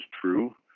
true